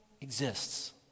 exists